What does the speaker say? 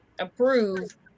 Approve